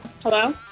Hello